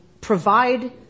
provide